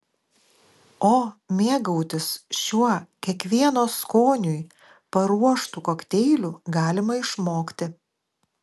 o mėgautis šiuo kiekvieno skoniui paruoštu kokteiliu galima išmokti